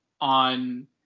on